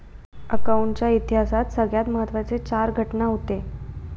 accounting च्या इतिहासात सगळ्यात महत्त्वाचे चार घटना हूते